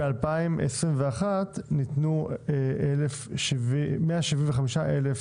בשנת 2021 ניתנו 175 אלף